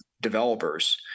developers